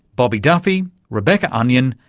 bobby duffy, rebecca onion,